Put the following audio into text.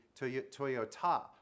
Toyota